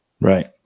Right